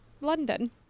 London